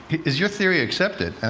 is your theory accepted? and